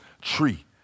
tree